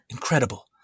Incredible